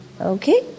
okay